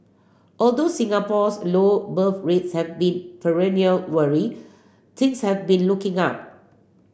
although Singapore's low birth rates have been perennial worry things have been looking up